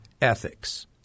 ethics